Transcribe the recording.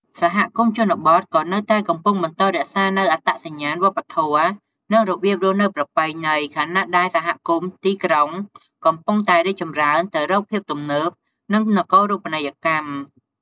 សហគមន៍ជនបទក៏នៅតែកំពុងបន្តរក្សានូវអត្តសញ្ញាណវប្បធម៌ និងរបៀបរស់នៅប្រពៃណី ខណៈដែលសហគមន៍ទីក្រុងកំពុងតែរីកចម្រើនទៅរកភាពទំនើប និងនគរូបនីយកម្ម។